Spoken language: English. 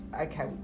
okay